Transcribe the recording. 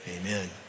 Amen